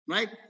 Right